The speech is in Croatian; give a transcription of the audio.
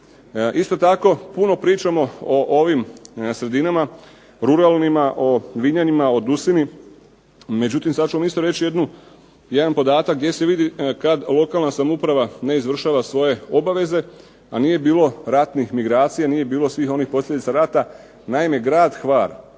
Isto tako, puno pričamo o ovim sredinama ruralnima o Vinjanima, o Dusini. Međutim, sad ću vam isto reći jedan podatak gdje se vidi kad lokalna samouprava ne izvršava svoje obaveze, a nije bilo ratnih migracija, nije bilo svih onih posljedica rata. Naime, grad Hvar